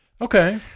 Okay